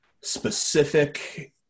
specific